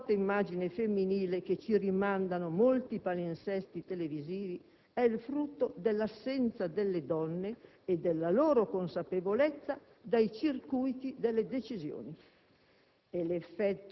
La distorta immagine femminile che ci rimandano molti palinsesti televisivi è il frutto dell'assenza delle donne, e della loro consapevolezza, dai circuiti delle decisioni.